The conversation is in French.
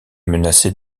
menacée